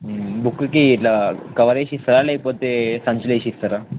బుక్కి ఇట్లా కవర్ వేసి ఇస్తారా లేకపోతే సంచిలో వేసి ఇస్తారా